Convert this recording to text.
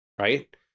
right